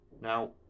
Now